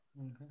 Okay